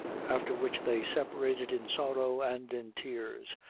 after which they separated in sorrow and in tears,